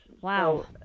Wow